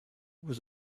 was